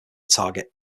target